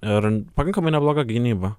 ir pakankamai nebloga gynyba